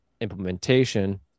implementation